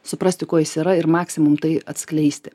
suprasti kuo jis yra ir maksimum tai atskleisti